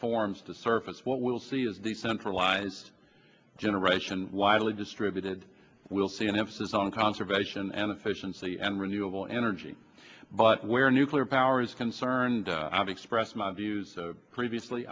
forms to surface what we'll see is the centralize generation widely distributed we'll see an emphasis on conservation and efficiency and renewable energy but where nuclear power is concerned i've expressed my views previously